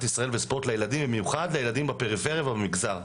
ישראל ובמיוחד לילדים בפריפריה ובמגזר.